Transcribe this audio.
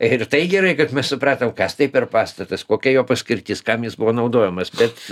ir tai gerai kad mes supratom kas tai per pastatas kokia jo paskirtis kam jis buvo naudojamas bet